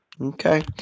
Okay